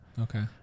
Okay